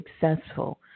successful